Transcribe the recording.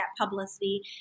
publicity